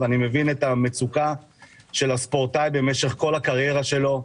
ואני מבין את המצוקה של הספורטאי במשך כל הקריירה שלו.